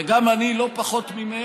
וגם אני, לא פחות ממך,